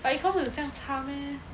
but econs 有这样差 meh